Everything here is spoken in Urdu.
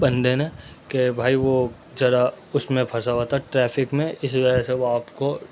بندے نے کہ بھائی وہ ذرا اس میں پھنسا ہوا تھا ٹریفک میں اسی وجہ سے وہ آپ کو